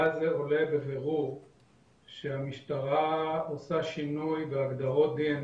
הזה עולה בבירור שהמשטרה עושה שינוי בהגדרות DNS